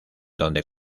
donde